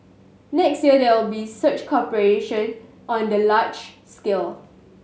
next year there will be such cooperation on the large scale